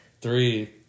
three